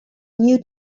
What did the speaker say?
new